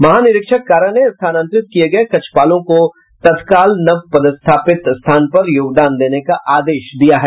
महानिरीक्षक कारा ने स्थानांतरित किये गये कक्षपालों को तत्काल नव पदस्थापित स्थान पर योगदान देने का आदेश दिया है